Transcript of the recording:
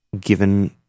given